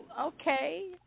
okay